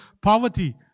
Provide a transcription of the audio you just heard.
poverty